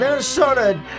Minnesota